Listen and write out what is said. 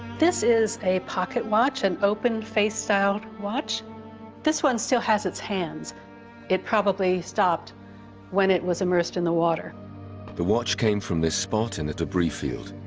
this is a pocket watch and open face style watch this one still has its hand it probably stopped when it was immersed in the water the watch came from this spot in the debris field